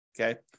Okay